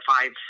five